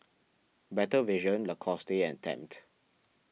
Better Vision Lacoste and Tempt